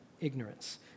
ignorance